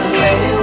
lay